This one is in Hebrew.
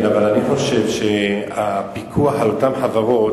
כן, אבל אני חושב שהפיקוח על אותן חברות,